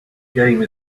game